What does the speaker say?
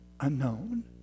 unknown